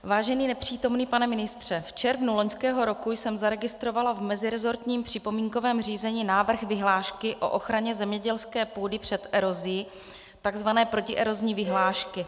Vážený nepřítomný pane ministře, v červnu loňského roku jsem zaregistrovala v meziresortním připomínkovém řízení návrh vyhlášky o ochraně zemědělské půdy před erozí, tzv. protierozní vyhlášky.